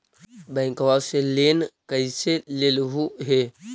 बैंकवा से लेन कैसे लेलहू हे?